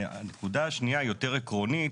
הנקודה השנייה היא יותר עקרונית,